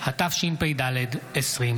התשפ"ד 2024,